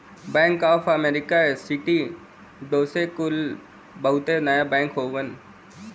bank of America, Citi, Deutsche कुल बहुते नया बैंक हउवन